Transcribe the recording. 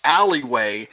alleyway